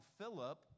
Philip